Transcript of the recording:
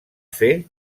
fer